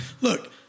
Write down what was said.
Look